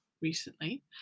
recently